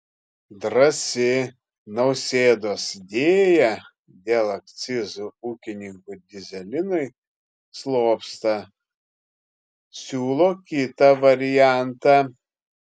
drąsi nausėdos idėja dėl akcizų ūkininkų dyzelinui slopsta siūlo kitą variantą